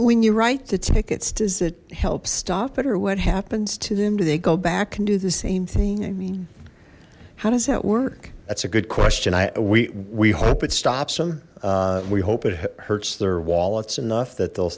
when you write the tickets does it help stop it or what happens to them do they go back and do the same thing i mean how does that work that's a good question i we we hope it stops them we hope it hurts their wallets enough that they'll